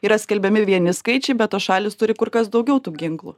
yra skelbiami vieni skaičiai be to šalys turi kur kas daugiau tų ginklų